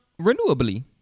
renewably